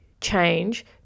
change